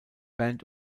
band